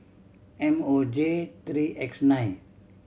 M O J three X nine